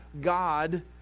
God